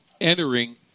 entering